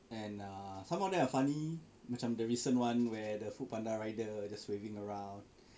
and err some of them are funny macam the recent one where the Foodpanda rider just waving around